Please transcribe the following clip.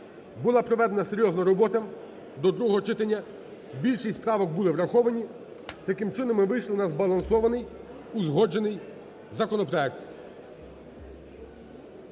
Була проведена серйозна робота до другого читання. Більшість правок були враховані. Таким чином, ми вийшли на збалансований, узгоджений законопроект.